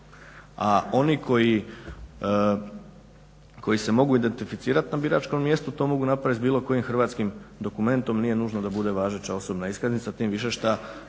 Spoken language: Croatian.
A oni koji se mogu identificirati na biračkom mjestu to mogu napraviti s bilo kojim hrvatskim dokumentom, nije nužno da bude važeća osobna iskaznica tim više što